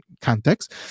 context